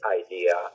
idea